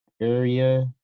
area